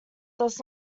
does